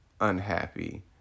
unhappy